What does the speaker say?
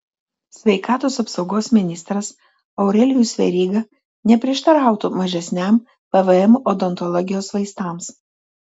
sveikatos apsaugos ministras aurelijus veryga neprieštarautų mažesniam pvm odontologijos vaistams